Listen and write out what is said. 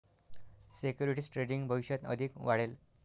securities trading भविष्यात अधिक वाढेल